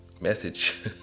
Message